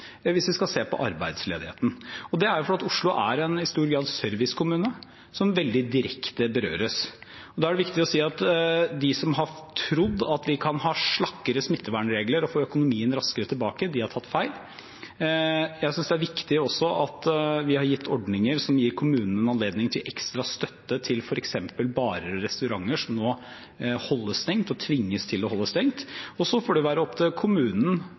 hvis vi skal se på arbeidsledigheten. Det er fordi Oslo i stor grad er en servicekommune som veldig direkte berøres. Da er det viktig å si at de som har trodd at vi kan ha slakkere smittevernregler og få økonomien raskere tilbake, har tatt feil. Jeg synes også det er viktig at vi har gitt ordninger som gir kommunene anledning til ekstra støtte til f.eks. barer og restauranter som nå holdes stengt og tvinges til å holde stengt. Så får det være opp til